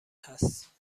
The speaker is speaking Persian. هست